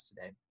today